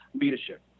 leadership